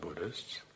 Buddhists